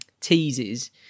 teases